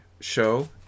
show